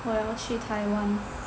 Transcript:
我要去 Taiwan